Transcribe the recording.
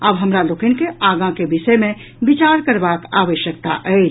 आब हमरा लोकनि के आगाँ के विषय मे विचार करबाक आवश्यकता अछि